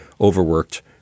overworked